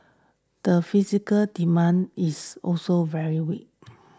the physical demand is also very weak